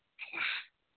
ꯑꯩꯍꯥ